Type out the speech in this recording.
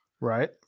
Right